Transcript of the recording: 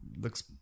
Looks